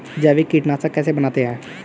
जैविक कीटनाशक कैसे बनाते हैं?